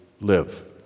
live